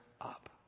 up